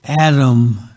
Adam